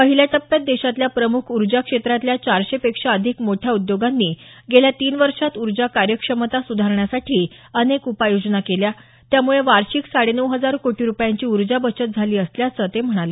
पहिल्या टप्प्यात देशातल्या प्रमुख ऊर्जा क्षेत्रातल्या चारशे पेक्षा अधिक मोठ्या उद्योगांनी गेल्या तीन वर्षात ऊर्जा कार्यक्षमता सुधारण्यासाठी अनेक उपाययोजना केल्या त्यामुळे वार्षिक साडेनऊ हजार कोटी रुपयांची ऊर्जा बचत झाली असल्याचं ते म्हणाले